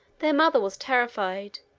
the mother was terrified,